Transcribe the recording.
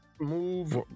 Move